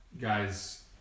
guys